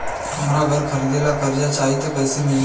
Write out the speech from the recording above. हमरा घर खरीदे ला कर्जा चाही त कैसे मिली?